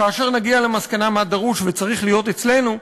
כאשר נגיע למסקנה מה דרוש וצריך להיות אצלנו,